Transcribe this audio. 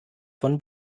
von